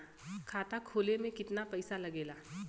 खाता खोले में कितना पईसा लगेला?